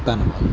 ਧੰਨਵਾਦ